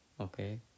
okay